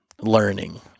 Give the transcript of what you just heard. learning